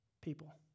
people